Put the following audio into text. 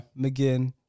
McGinn